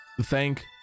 thank